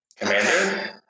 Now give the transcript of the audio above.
Commander